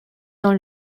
dans